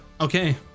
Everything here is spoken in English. Okay